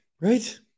right